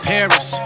Paris